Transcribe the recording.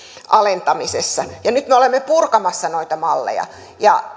alentamisessa nyt me olemme purkamassa noita malleja ja